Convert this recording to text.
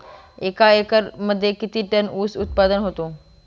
एका एकरमध्ये किती टन ऊस उत्पादन होतो?